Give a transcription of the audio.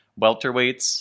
Welterweights